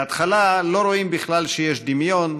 בהתחלה לא רואים בכלל שיש דמיון,